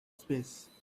space